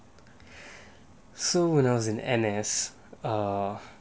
so when I was in N_S uh